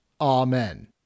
Amen